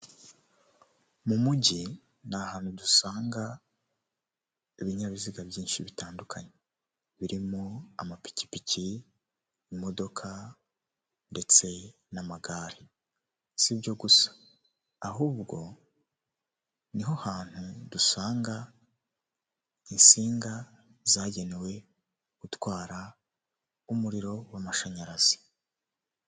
Mu Mujyi ni ahantu dusanga ibinyabiziga byinshi bitandukanye, birimo amapikipiki, imodoka ndetse n'amagare, si ibyo gusa ahubwo ni ho hantu dusanga insinga zagenewe gutwara umuriro w'amashanyarazi.